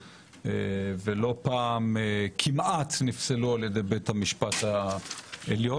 ולא פעם כמעט נפסלה על ידי בית המשפט העליון.